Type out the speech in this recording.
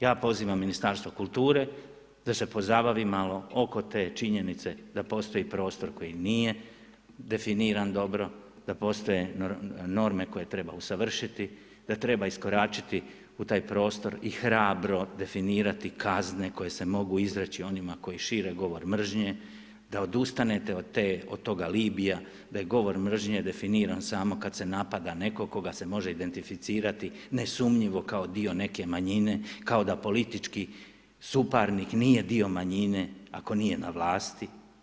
Ja pozivam Ministarstvo kulture da se pozabavi malo oko te činjenice da postoji prostor koji nije definiran dobro, da postoje norme koje treba usavršiti, da treba iskoračiti u taj prostor i hrabro definirati kazne koje se mogu izreći onima koji šire govor mržnje, da odustanete od tog alibija, da je govor mržnje definiran samo kada se napada neko koga se može identificirati nesumnjivo kao dio neke manjine, kao da politički suparnik nije dio manjine, ako nije na vlasti.